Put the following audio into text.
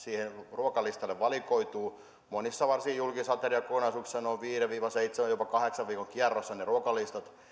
ruokalistalle valikoituu monissa varsinkin julkisateriakokonaisuuksissa ovat noin viiden viiva seitsemän jopa kahdeksan viikon kierrossa ne ruokalistat